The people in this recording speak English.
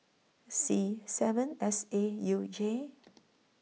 C seven S A U J